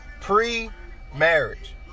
pre-marriage